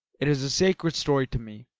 it is a sacred story to me,